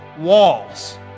walls